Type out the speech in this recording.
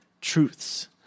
truths